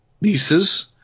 nieces